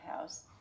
house